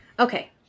Okay